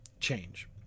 change